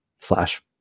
slash